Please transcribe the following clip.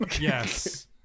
Yes